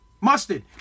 Mustard